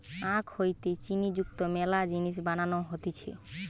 আখ হইতে চিনি যুক্ত মেলা জিনিস বানানো হতিছে